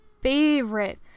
favorite